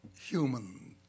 human